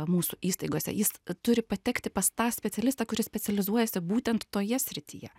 mūsų įstaigose jis turi patekti pas tą specialistą kuris specializuojasi būtent toje srityje